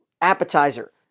appetizer